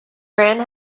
ran